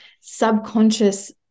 subconscious